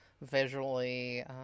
visually